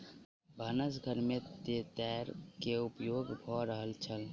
भानस घर में तेतैर के उपयोग भ रहल छल